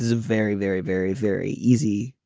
very, very, very, very easy,